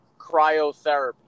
cryotherapy